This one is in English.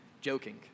joking